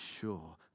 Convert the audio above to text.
sure